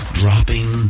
dropping